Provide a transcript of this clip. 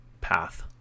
path